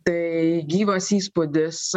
tai gyvas įspūdis